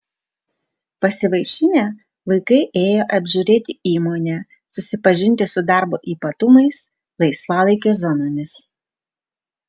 pasivaišinę vaikai ėjo apžiūrėti įmonę susipažinti su darbo ypatumais laisvalaikio zonomis